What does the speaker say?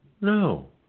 No